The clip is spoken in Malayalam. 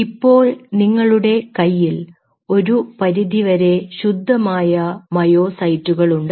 ഇപ്പോൾ നിങ്ങളുടെ കയ്യിൽ ഒരു പരിധിവരെ ശുദ്ധമായ മയോസൈറ്റുകളുണ്ട്